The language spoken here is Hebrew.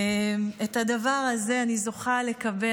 את הדבר הזה אני זוכה לקבל.